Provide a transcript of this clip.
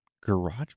Garage